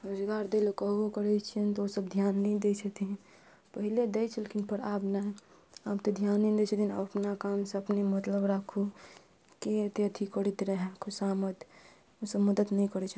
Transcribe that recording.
रोजगार दै लए कहबो करै छियनि तऽ ओसब ध्यान नहि दै छथिन पहिले दै छलखिन पर आब नहि आब तऽ ध्याने दै छथिन अपना काम से अपने मतलब राखू के अथी करैत रहए खुशामत ओसब मदद नै करै छथिन